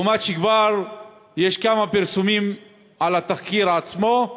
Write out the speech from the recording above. לעומת, כבר יש כמה פרסומים על התחקיר עצמו,